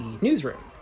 newsroom